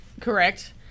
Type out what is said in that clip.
Correct